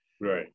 Right